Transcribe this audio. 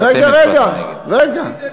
אבל רגע רגע, רגע.